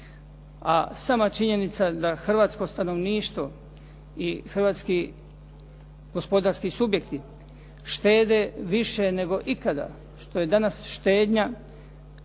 A sama činjenica da hrvatsko stanovništvo i hrvatski gospodarski subjekti štede više nego ikada, što je danas štednja